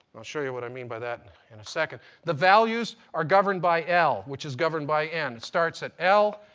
i'll show you what i mean by that in a second. the values are governed by l, which is governed by n. starts at l,